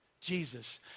Jesus